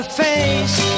face